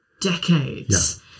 decades